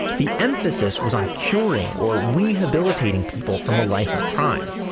the emphasis was on curing, or rehabilitating people from a life of crime.